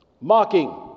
mocking